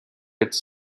its